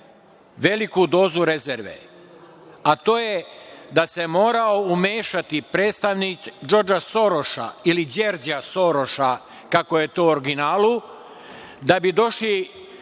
veliku dozu rezerve, a to je da se morao umešati predstavnik Džordža Soroša ili Đerđa Soroša kako je to u originalu, da bi došli